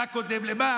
מה קודם למה,